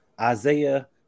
Isaiah